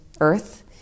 Earth